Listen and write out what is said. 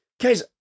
Guys